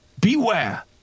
Beware